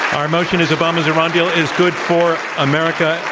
our motion is obama's iran deal is good for america.